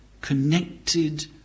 connected